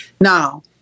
Now